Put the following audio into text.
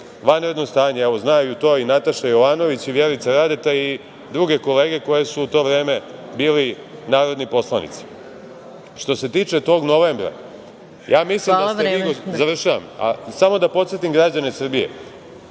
vanredno stanje. Znaju to i Nataša Jovanović i Vjerica Radeta i druge kolege koje su u to vreme bili narodni poslanici. Što ste tiče tog novembra, ja mislim da ste vi…(Predsednik: Hvala. Vreme.)Završavam. Samo da podsetim građane Srbije,